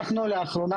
לאחרונה,